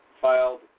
filed